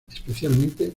especialmente